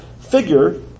figure